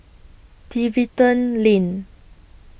Tiverton Lane